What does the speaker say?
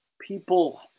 people